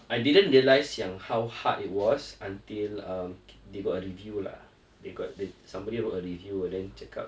I didn't realise yang how hard it was until um they got a review lah somebody wrote a review then cakap